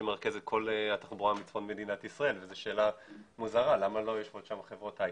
שמרכז את כל התחבורה בצפון מדינת ישראל ולמה לא יושבות שם חברות היי-טק,